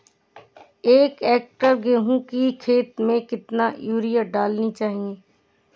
एक हेक्टेयर गेहूँ की खेत में कितनी यूरिया डालनी चाहिए?